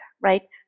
right